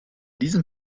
diesem